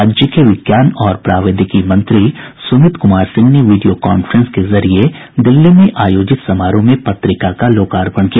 राज्य के विज्ञान और प्रावैधिकी मंत्री सुमित कुमार सिंह ने वीडियो कांफ्रेंस के जरिए दिल्ली में आयोजित समारोह में पत्रिका का लोकार्पण किया